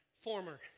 Former